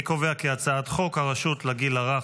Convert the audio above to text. אני קובע כי הצעת חוק הרשות לגיל הרך,